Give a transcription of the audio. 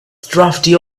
drafty